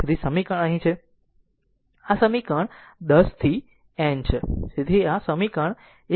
તેથી આ સમીકરણ અહીં છે આ આ સમીકરણ t0 થી n છે